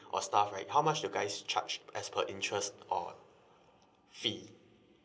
or stuff right how much you guys charge as per interest or fee